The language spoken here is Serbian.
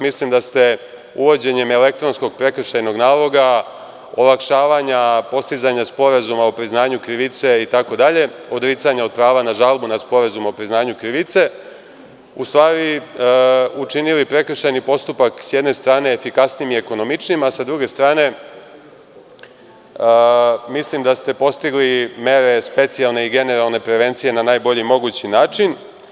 Mislim da ste uvođenjem elektronskog prekršajnog naloga, olakšavanja postizanja sporazuma o priznanju krivice, odricanja prava na žalbu na sporazum o priznanju krivice u stvari učinili prekršajni postupak, sa jedne strane, efikasnijim i ekonomičnijim, a sa druge strane, mislim da ste postigli mere specijalne i generalne prevencije na najbolji mogući način.